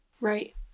Right